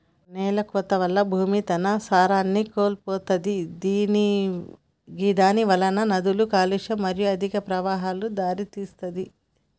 నేలకోత వల్ల భూమి తన సారాన్ని కోల్పోతది గిదానివలన నదుల కాలుష్యం మరియు అధిక ప్రవాహాలకు దారితీస్తది